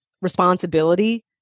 responsibility